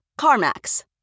CarMax